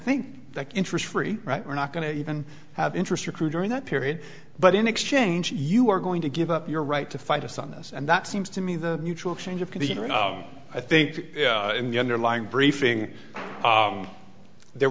think that interest free right we're not going to even have interest recruiter in that period but in exchange you are going to give up your right to fight us on this and that seems to me the mutual exchange of the i think in the underlying briefing there